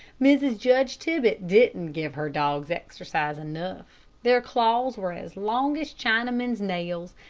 mrs. judge tibbett didn't give her dogs exercise enough. their claws were as long as chinamen's nails,